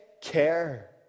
care